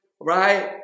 right